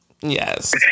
Yes